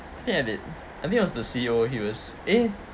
I think I did I think it was the C_E_O he was eh